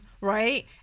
right